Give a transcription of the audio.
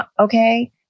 Okay